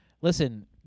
listen